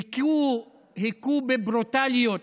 היכו בברוטליות